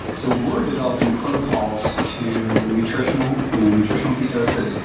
so we're developing protocols to nutritional you know nutritional ketosis.